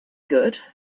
good